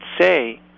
say